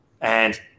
And-